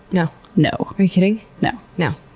no. no. are you kidding? no. no.